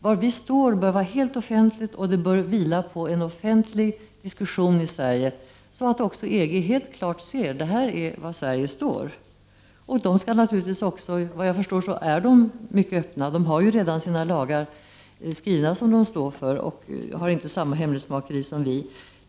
Vad vi står för bör vara helt offentligt, och det bör vila på en offentlig diskussion i Sverige, så att man inom EG helt klart ser var Sverige står. Såvitt jag förstår är man också mera öppen inom EG. Man har redan sina lagar som man står för, och de är naturligtvis offentliga.